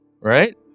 right